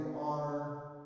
honor